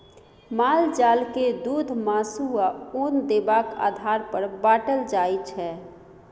माल जाल के दुध, मासु, आ उन देबाक आधार पर बाँटल जाइ छै